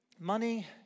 money